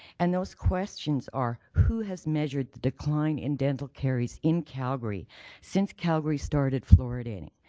and those questions are who has measured the decline in dental caries in calgary since calgary started floridating?